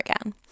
again